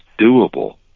doable